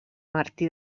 martí